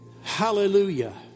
Hallelujah